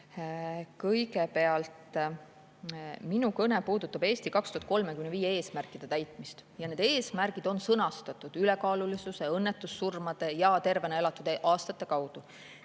Kõigepealt, minu kõne puudutab "Eesti 2035" eesmärkide täitmist ja need eesmärgid on sõnastatud ülekaalulisuse, õnnetussurmade ja tervena elatud aastate kaudu.